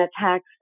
attacks